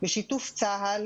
בשיתוף צה"ל,